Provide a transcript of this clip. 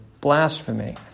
blasphemy